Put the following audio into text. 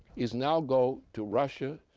is now go to russia,